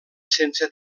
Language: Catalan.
sense